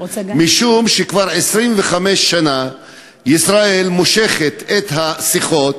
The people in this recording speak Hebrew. זה משום שכבר 25 שנה ישראל מושכת את השיחות